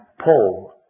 Paul